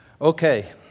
Okay